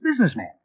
businessman